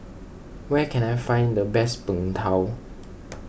where can I find the best Png Tao